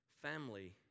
Family